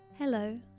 Hello